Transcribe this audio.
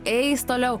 eis toliau